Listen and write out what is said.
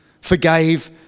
forgave